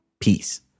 Peace